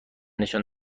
نشان